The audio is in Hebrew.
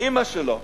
אמא שלו,